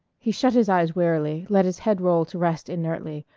he shut his eyes wearily, let his head roll to rest inertly,